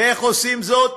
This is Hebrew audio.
ואיך עושים זאת?